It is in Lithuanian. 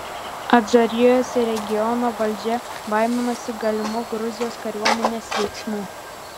adžarijos regiono valdžia baiminosi galimų gruzijos kariuomenės veiksmų